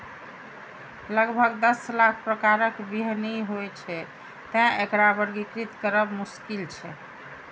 लगभग दस लाख प्रकारक बीहनि होइ छै, तें एकरा वर्गीकृत करब मोश्किल छै